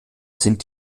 sind